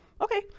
Okay